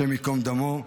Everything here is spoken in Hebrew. השם ייקום דמו,